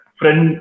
friend